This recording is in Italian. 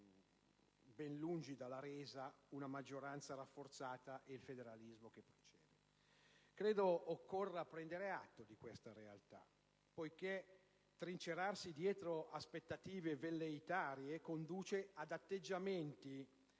ben lungi dalla resa, una maggioranza rafforzata ed il federalismo che procede. Credo che occorra prendere atto di questa realtà, perché trincerarsi dietro aspettative velleitarie conduce ad atteggiamenti